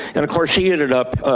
and of course he ended up,